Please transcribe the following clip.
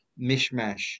mishmash